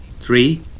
Three